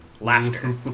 Laughter